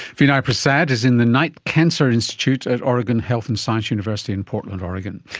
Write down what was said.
vinay prasad is in the knight cancer institute at oregon health and science university in portland, oregon.